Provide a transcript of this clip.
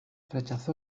rechazó